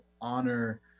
honor